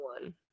one